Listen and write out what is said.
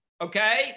okay